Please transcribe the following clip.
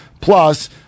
Plus